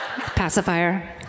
Pacifier